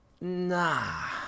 Nah